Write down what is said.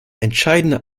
entscheidender